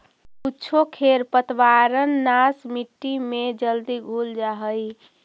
कुछो खेर पतवारनाश मट्टी में जल्दी घुल जा हई